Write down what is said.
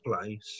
place